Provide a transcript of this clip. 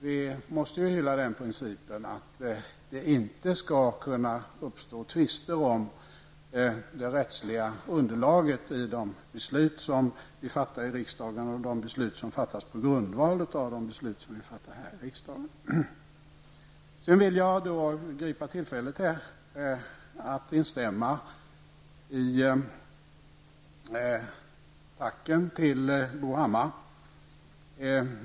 Vi måste ju hylla den principen att det inte skall kunna uppstå tvister om det rättsliga underlaget i de beslut som vi fattar i riksdagen och de beslut som fattas på grundval av de beslut som vi fattar i riksdagen. Sedan vill jag gripa tillfället att instämma i tacken till Bo Hammar.